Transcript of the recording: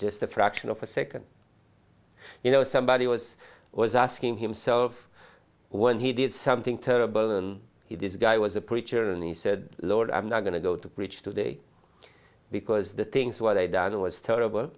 just a fraction of a second you know somebody was was asking himself when he did something tourbillon he this guy was a preacher and he said lord i'm not going to go to preach today because the things were they done was terrible